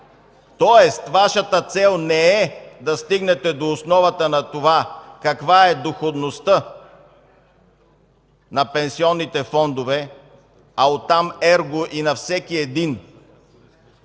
Тоест Вашата цел не е да стигнете до основата на това каква е доходността на пенсионните фондове, а оттам ерго и на всеки един.